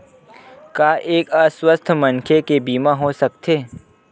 का एक अस्वस्थ मनखे के बीमा हो सकथे?